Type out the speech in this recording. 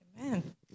amen